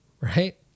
right